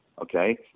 okay